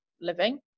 living